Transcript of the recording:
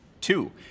Two